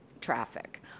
traffic